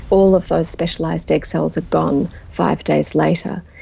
all of those specialised egg cells are gone five days later.